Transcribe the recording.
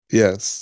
yes